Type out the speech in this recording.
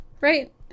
right